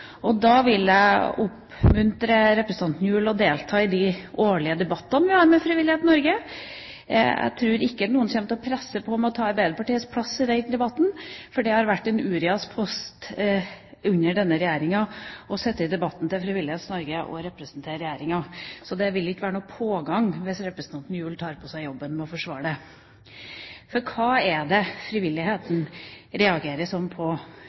Da vil jeg oppmuntre representanten Gjul til å delta i de årlige debattene vi har med Frivillighet Norge. Jeg tror ikke at noen kommer til å presse på for å ta Arbeiderpartiets plass i den debatten, for det har vært en uriaspost under denne regjeringa å sitte og representere Regjeringa i debatten med Frivillighet Norge. Så det vil ikke være noen pågang hvis representanten Gjul tar på seg jobben med å forsvare det. Hva er det frivilligheten reagerer sånn på?